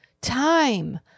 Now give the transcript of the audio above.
time